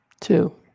Two